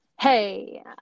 Hey